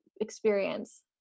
experience